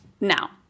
Now